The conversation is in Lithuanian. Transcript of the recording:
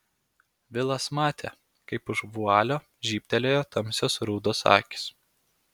vilas matė kaip už vualio žybtelėjo tamsios rudos akys